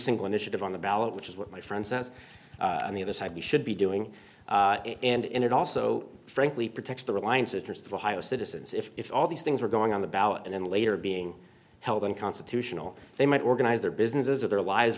single initiative on the ballot which is what my friend cents on the other side we should be doing and it also frankly protects the reliance interest of ohio citizens if all these things are going on the ballot and then later being held unconstitutional they might organize their businesses or their allies